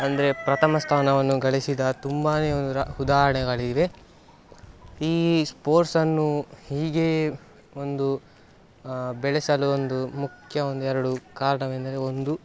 ಅಂದರೆ ಪ್ರಥಮ ಸ್ಥಾನವನ್ನು ಗಳಿಸಿದ ತುಂಬಾ ಉದಾಹರಣೆಗಳಿವೆ ಈ ಸ್ಪೋರ್ಟ್ಸನ್ನು ಹೀಗೆ ಒಂದು ಬೆಳೆಸಲು ಒಂದು ಮುಖ್ಯ ಒಂದೆರಡು ಕಾರಣವೆಂದರೆ ಒಂದು